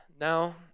Now